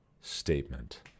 statement